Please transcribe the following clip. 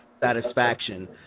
satisfaction